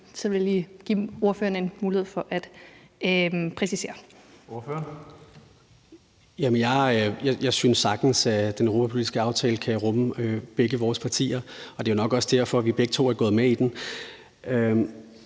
Kl. 19:06 Alexander Ryle (LA): Jamen jeg synes sagtens, at den europapolitiske aftale kan rumme begge vores partier, og det er nok også derfor, at vi begge to er gået med i den.